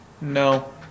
No